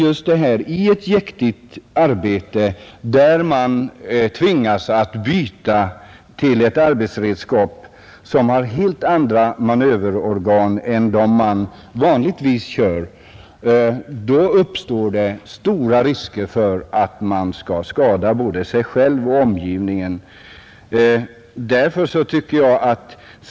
Om man i ett jäktigt arbete tvingas att byta till ett arbetsredskap som har helt andra manöverorgan än de maskiner man vanligtvis använder, uppstår stora risker för att man skadar både sig själv och omgivningen.